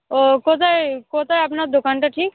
ও কোথায় কোথায় আপনার দোকানটা ঠিক